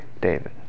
David